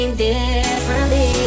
Differently